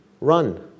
run